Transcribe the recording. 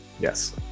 Yes